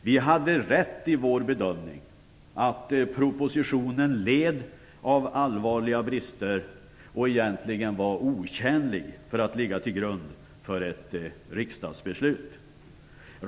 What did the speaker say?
Vi hade rätt i vår bedömning att propositionen led av allvarliga brister och egentligen var otjänlig när det gällde att ligga till grund för ett riksdagsbeslut.